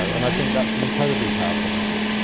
and i think that's an incredibly powerful message.